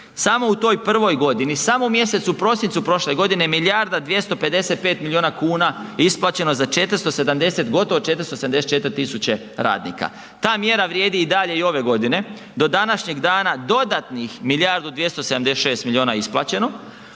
Samo u toj prvoj godini, samo u mjesecu prosincu prošle godine milijarda 255 miliona kuna isplaćeno za 470, gotovo 474 tisuće radnika. Ta mjera vrijedi i dalje i ove godine, do današnjeg dana dodatnih milijardu 276 miliona isplaćeno.